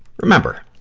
remember,